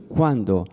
quando